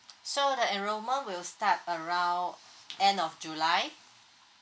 so the enrollment will start around end of july